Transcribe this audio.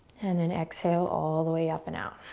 and then exhale all the way up and out.